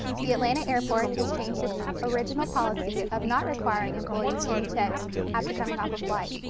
the atlanta's airport has changed its original policy of not requiring employees to be checked after coming off a flight.